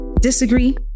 Disagree